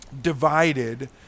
divided